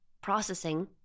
processing